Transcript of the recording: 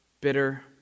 bitter